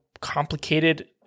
complicated